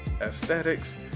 aesthetics